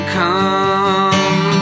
come